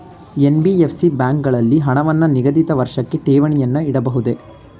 NBFC ಬ್ಯಾಂಕುಗಳಲ್ಲಿ ಹಣವನ್ನು ನಿಗದಿತ ವರ್ಷಕ್ಕೆ ಠೇವಣಿಯನ್ನು ಇಡಬಹುದೇ?